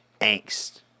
angst